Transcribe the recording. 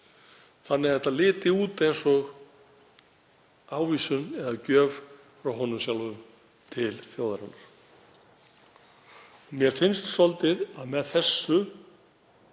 þannig að þetta liti út eins og ávísun eða gjöf frá honum sjálfum til þjóðarinnar. Og mér finnst svolítið að með þessu